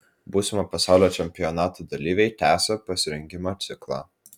būsimo pasaulio čempionato dalyviai tęsią pasirengimo ciklą